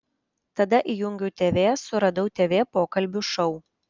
tada įjungiau tv suradau tv pokalbių šou